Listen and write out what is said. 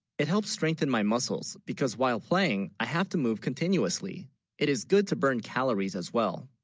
it helps strengthen, my muscles because, while playing i have to move continuously it is good to burn calories as, well